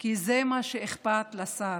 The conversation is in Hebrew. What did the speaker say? כי זה מה שאכפת לשר,